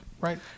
right